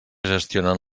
gestionen